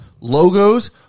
logos